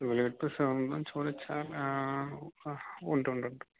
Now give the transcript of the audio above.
നിങ്ങൾ ഇപ്പോൾ സമയം ചോദിച്ചാൽ ഉണ്ട് ഉണ്ട് ഉണ്ട്